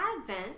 Advent